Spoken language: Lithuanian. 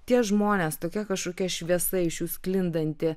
tie žmonės tokia kažkokia šviesa iš jų sklindanti